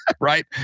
right